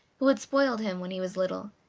who had spoiled him when he was little.